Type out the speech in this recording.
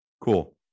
Cool